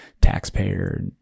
taxpayer